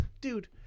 dude